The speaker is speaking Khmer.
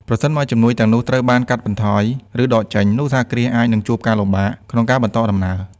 ប្រសិនបើជំនួយទាំងនោះត្រូវបានកាត់បន្ថយ ឬដកចេញ នោះសហគ្រាសអាចនឹងជួបការលំបាកក្នុងការបន្តដំណើរការ។